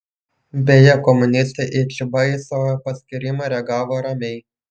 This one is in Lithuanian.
beje komunistai į čiubaiso paskyrimą reagavo ramiai